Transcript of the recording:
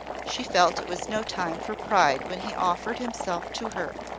she felt it was no time for pride when he offered himself to her.